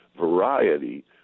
variety